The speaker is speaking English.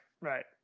Right